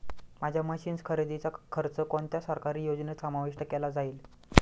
माझ्या मशीन्स खरेदीचा खर्च कोणत्या सरकारी योजनेत समाविष्ट केला जाईल?